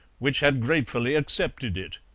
which had gratefully accepted it.